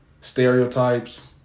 stereotypes